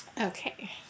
okay